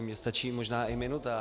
Mě stačí možná i minuta.